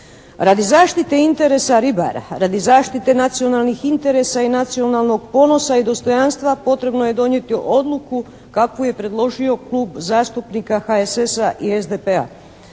Radi zaštite interesa ribara, radi zaštite nacionalnih interesa i nacionalnog ponosa i dostojanstva potrebno je donijeti odluku kakvu je predložio Klub zastupnika HSS-a i SDP-a.